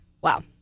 Wow